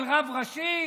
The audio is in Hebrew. על רב ראשי?